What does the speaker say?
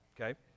okay